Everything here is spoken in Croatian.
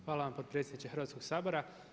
Hvala vam potpredsjedniče Hrvatskog sabora.